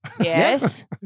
yes